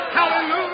Hallelujah